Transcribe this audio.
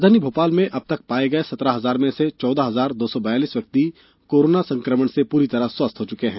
राजधानी भोपाल में अब तक पाये गये सत्रह हजार में से चौदह हजार दो बयालीस व्यक्ति कोरोना संकमण से पूरी तरह स्वस्थ हो चुके हैं